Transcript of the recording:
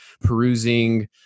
perusing